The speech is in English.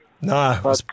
No